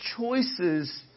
choices